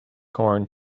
corn